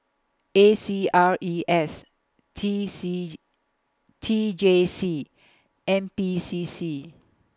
A C R E S T C J T J C N P C C